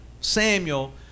Samuel